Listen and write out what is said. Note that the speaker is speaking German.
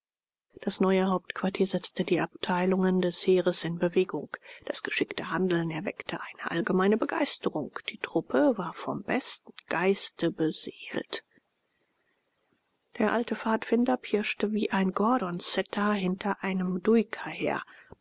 das neue hauptquartier setzte die abteilungen des heeres in bewegung das geschickte handeln erweckte eine allgemeine begeisterung die truppe war vom besten geiste beseelt der alte pfadfinder pirschte wie ein gordonsetter hinter einem